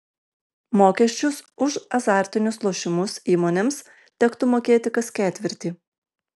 mokesčius už azartinius lošimus įmonėms tektų mokėti kas ketvirtį